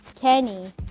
Kenny